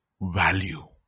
value